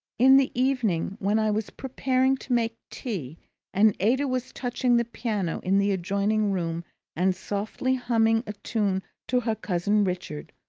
in the evening, when i was preparing to make tea and ada was touching the piano in the adjoining room and softly humming a tune to her cousin richard,